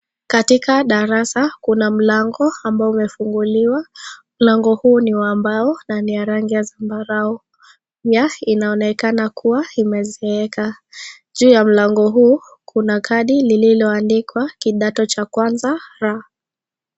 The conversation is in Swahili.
Katika darasa, kuna mlango ambao umefunguliwa. Mlango huu ni wa mbao na ni ya rangi zambarau. Nyasi inaonekana kuwa zimezeeka. Juu ya mlango huu, kuna kadi lililoandikwa kidato cha kwanza R.